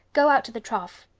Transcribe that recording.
go out to the trough.